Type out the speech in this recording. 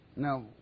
Now